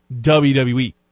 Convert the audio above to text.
WWE